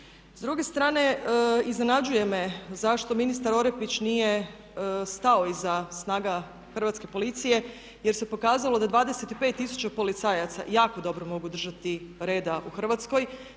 S druge strane iznenađuje me zašto ministar Orepić nije stao iza snaga Hrvatske policije jer se pokazalo da 25 tisuća policajaca jako dobro mogu držati reda u Hrvatskoj.